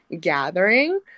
gathering